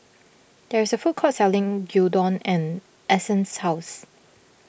there is a food court selling Gyudon and Essence's house